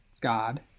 God